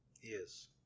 yes